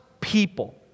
people